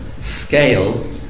scale